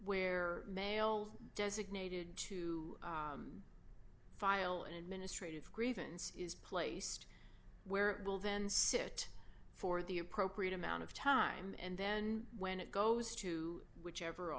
where males designated to file an administrative grievance is placed where will then sit for the appropriate amount of time and then when it goes to whichever